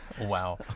Wow